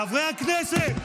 קריאה: חברי הכנסת,